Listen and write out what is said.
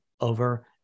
over